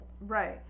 right